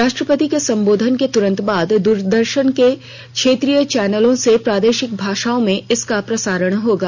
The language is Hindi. राष्ट्रपति के संबोधन के तुरंत बाद दूरदर्शन के क्षेत्रीय चौनलों से प्रादेशिक भाषाओं में इसका प्रसारण होगा